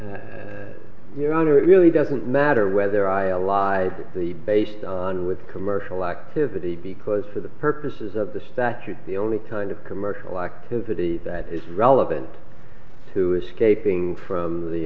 say your honor it really doesn't matter whether i alive the based on with commercial activity because for the purposes of the statute the only kind of commercial activity that is relevant to escaping from the